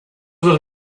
was